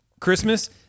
Christmas